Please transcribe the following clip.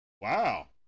Wow